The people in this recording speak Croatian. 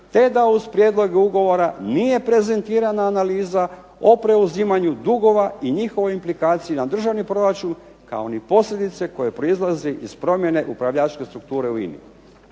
te da uz prijedlog ugovora nije prezentirana analiza o preuzimanju dugova i njihove implikacije na državni proračun kao ni posljedice koje proizlaze iz promjene upravljačke strukture u INA-i".